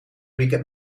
weekend